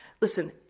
Listen